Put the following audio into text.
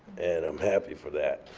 and i'm happy for that.